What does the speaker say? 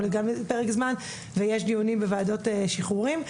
ויש דיונים בוועדות שחרורים,